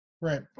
right